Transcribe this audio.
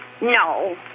No